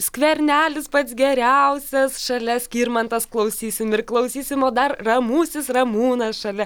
skvernelis pats geriausias šalia skirmantas klausysim ir klausysim o dar ramusis ramūnas šalia